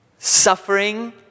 Suffering